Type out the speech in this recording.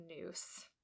noose